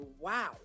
Wow